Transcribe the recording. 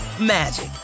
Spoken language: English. magic